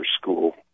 school